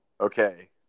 Okay